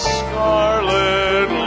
scarlet